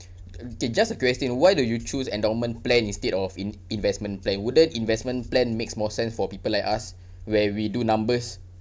K just a question why do you choose endowment plan instead of in~ investment plan wouldn't investment plan makes more sense for people like us where we do numbers